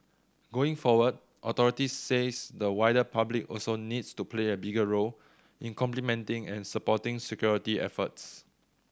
going forward authorities says the wider public also needs to play a bigger role in complementing and supporting security efforts